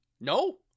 No